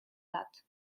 lat